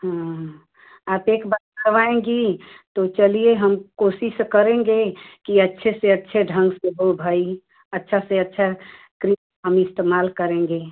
हाँ आप एक बार करवाएंगी तो चलिए हम कोशिश करेंगे कि अच्छे से अच्छे ढंग से हो भई अच्छा से अच्छा क्रीम हम इस्तेमाल करेंगे